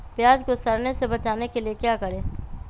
प्याज को सड़ने से बचाने के लिए क्या करें?